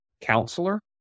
counselor